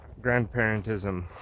grandparentism